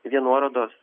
vien nuorodos